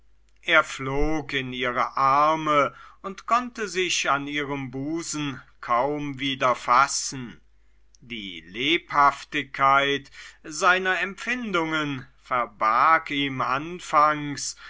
er flog in ihre arme und konnte sich an ihrem busen kaum wieder fassen die lebhaftigkeit seiner empfindungen verbarg ihm anfangs